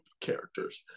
characters